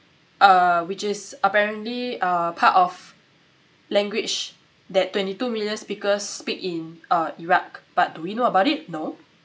uh which is apparently uh part of language that twenty two million speakers speak in uh iraq but do we know about it no